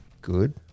good